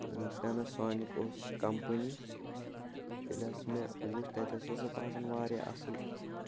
Panasonic اوس company ییٚلہِ حظ مےٚ وُچھ تَتہِ ہسا اوس سُہ باسان واریاہ اَصل